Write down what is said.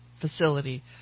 facility